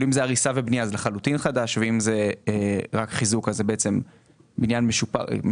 אם זה הריסה ובנייה אז בניין חדש לחלוטין ואם חיזוק אז בניין משופץ,